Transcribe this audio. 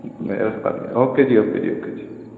ਮਿਹਰਬਾਨੀ okay ji okay ji okay ਜੀ